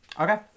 Okay